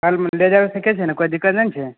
कल ले जा सकै छियै ने कोइ दिक्कत ने ने छै